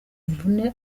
imvune